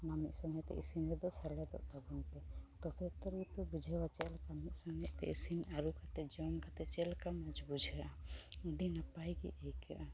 ᱢᱤᱫ ᱥᱚᱸᱜᱮᱛᱮ ᱤᱥᱤᱱ ᱨᱮᱫᱚ ᱥᱮᱞᱮᱫᱚᱜ ᱛᱟᱵᱚᱱᱯᱮ ᱛᱚᱵᱮᱛᱚ ᱯᱮ ᱵᱩᱡᱷᱟᱹᱣᱟ ᱪᱮᱫᱞᱮᱠᱟ ᱢᱤᱫ ᱥᱚᱸᱜᱮᱛᱮ ᱤᱥᱤᱱᱼᱟᱹᱨᱩ ᱠᱟᱛᱮ ᱡᱚᱢ ᱠᱟᱛᱮ ᱞᱮᱠᱟ ᱢᱚᱡᱽ ᱵᱤᱡᱷᱟᱹᱜᱼᱟ ᱟᱹᱰᱤ ᱱᱟᱯᱟᱭᱜᱮ ᱟᱹᱭᱠᱟᱹᱜᱼᱟ